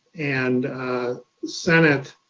and senate